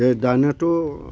ए दानेथ'